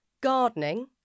Gardening